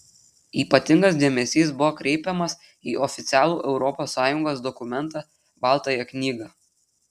ypatingas dėmesys buvo kreipiamas į oficialų europos sąjungos dokumentą baltąją knygą